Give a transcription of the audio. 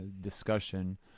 discussion